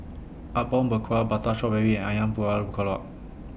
Apom Berkuah Prata Strawberry and Ayam Buah Keluak